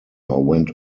went